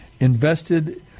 invested